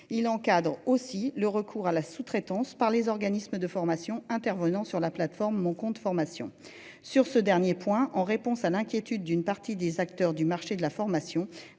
Il encadre aussi le recours à la sous-traitance par les organismes de formation. Intervenant sur la plateforme mon compte formation. Sur ce dernier point en réponse à l'inquiétude d'une partie des acteurs du marché de la formation,